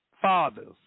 Fathers